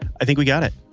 i think we got it.